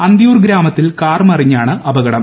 അന്തിയൂർ ഗ്രാമത്തിൽ കാർ മറിഞ്ഞാണ് അപകടം